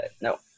No